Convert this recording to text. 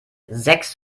sechs